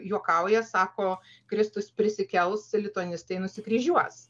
juokauja sako kristus prisikels lituanistai nusikryžiuos